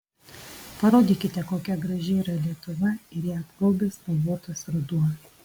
parodykite kokia graži yra lietuva ir ją apgaubęs spalvotas ruduo